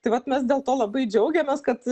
tai vat mes dėl to labai džiaugiamės kad